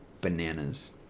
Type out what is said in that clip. bananas